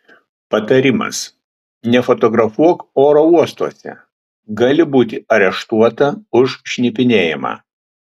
patarimas nefotografuok oro uostuose gali būti areštuota už šnipinėjimą